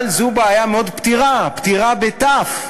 אבל זו בעיה מאוד פתירה, פתירה בתי"ו,